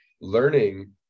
Learning